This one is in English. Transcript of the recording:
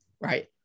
right